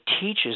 teaches